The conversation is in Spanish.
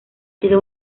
sido